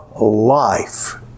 life